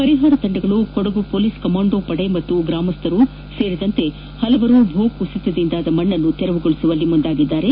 ಪರಿಹಾರ ತಂಡಗಳು Kodagu police commando ಪಡೆ ಹಾಗೂ ಗ್ರಾಮಸ್ಸರು ಸೇರಿದಂತೆ ಪಲವರು ಭೂಕುಸಿತದಿಂದಾದ ಮಣ್ಣನ್ನು ತೆರವುಗೊಳಿಸುವಲ್ಲಿ ಮುಂದಾಗಿದ್ದಾರೆ